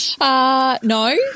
No